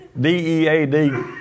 D-E-A-D